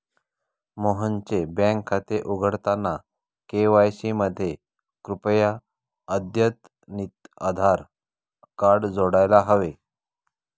मोहनचे बँक खाते उघडताना के.वाय.सी मध्ये कृपया अद्यतनितआधार कार्ड जोडायला हवे